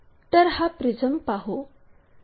तर हा प्रिझम पाहू